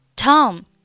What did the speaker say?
Tom